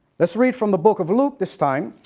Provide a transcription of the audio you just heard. let's read from the book of luke this time